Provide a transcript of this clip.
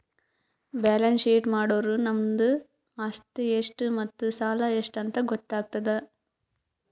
balance sheet ಮಾಡುರ್ ನಮ್ದು ಆಸ್ತಿ ಎಷ್ಟ್ ಮತ್ತ ಸಾಲ ಎಷ್ಟ್ ಅಂತ್ ಗೊತ್ತಾತುದ್